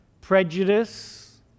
Prejudice